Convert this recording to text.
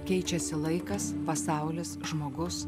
keičiasi laikas pasaulis žmogus